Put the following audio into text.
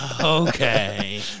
Okay